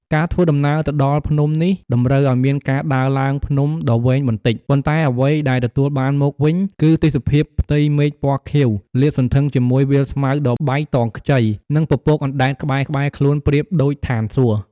ការធ្វើដំណើរទៅដល់ភ្នំនេះតម្រូវឲ្យមានការដើរឡើងភ្នំដ៏វែងបន្តិច ប៉ុន្តែអ្វីដែលទទួលបានមកវិញ គឺទេសភាពផ្ទៃមេឃពណ៌ខៀវលាតសន្ធឹងជាមួយវាលស្មៅដ៏បៃតងខ្ចី និងពពកអណ្ដែតក្បែរៗខ្លួនប្រៀបដូចឋានសួគ៌។